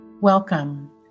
Welcome